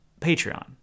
Patreon